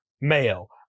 male